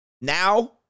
Now